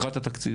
לקראת התקציב,